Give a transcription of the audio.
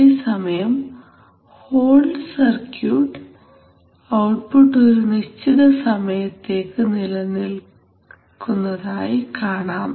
അതേസമയം hold circuit output ഒരു നിശ്ചിത സമയത്തേക്ക് നിലനിൽക്കുന്നതായി കാണാം